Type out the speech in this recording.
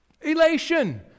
Elation